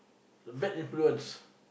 the bad influence